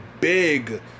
big